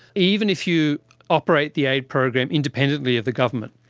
even if you operate the aid program independently of the government,